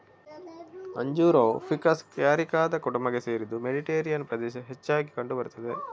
ಅಂಜೂರವು ficus ಕ್ಯಾರಿಕಾದ ಕುಟುಂಬಕ್ಕೆ ಸೇರಿದ್ದು ಮೆಡಿಟೇರಿಯನ್ ಪ್ರದೇಶದಲ್ಲಿ ಹೆಚ್ಚಾಗಿ ಕಂಡು ಬರುತ್ತದೆ